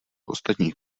ostatních